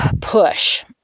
push